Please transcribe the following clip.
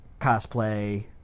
cosplay